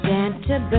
Santa